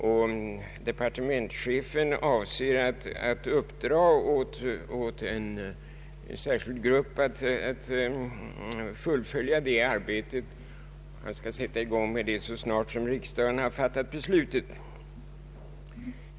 Departementschefen av ser att uppdra åt en särskild grupp att fullfölja det arbetet, som skall påbörjas så snart riksdagen fattat beslut.